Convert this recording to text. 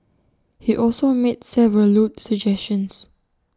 he also made several lewd suggestions